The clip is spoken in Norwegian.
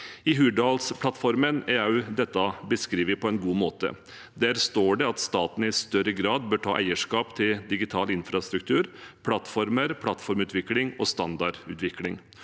I Hurdalsplattformen er dette også beskrevet på en god måte. Der står det at staten i større grad bør ta eierskap til digital infrastruktur, plattformer, plattformutvikling og standardutvikling,